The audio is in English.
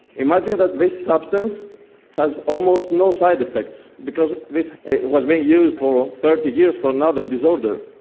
imagine that this substance has almost no side-effects because this was being used for thirty years for another disorder.